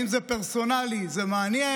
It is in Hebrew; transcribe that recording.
אם זה פרסונלי זה מעניין,